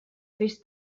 fes